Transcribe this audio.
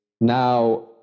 Now